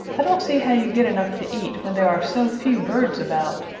i don't see how you get enough to eat when there are so few birds about.